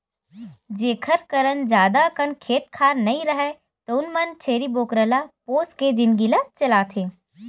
जेखर करन जादा अकन खेत खार नइ राहय तउनो मन छेरी बोकरा ल पोसके जिनगी ल चलाथे